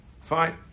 Fine